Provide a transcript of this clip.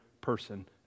person